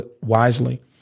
wisely